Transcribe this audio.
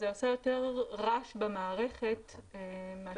זה עושה יותר רעש במערכת מאשר מועיל.